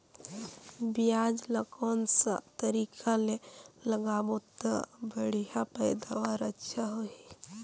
पियाज ला कोन सा तरीका ले लगाबो ता बढ़िया पैदावार अच्छा होही?